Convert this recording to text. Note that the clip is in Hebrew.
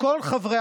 חברות וחברי